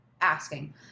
asking